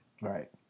Right